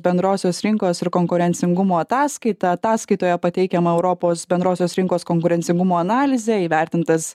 bendrosios rinkos ir konkurencingumo ataskaita ataskaitoje pateikiama europos bendrosios rinkos konkurencingumo analizė įvertintas